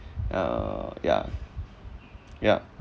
uh yeah yup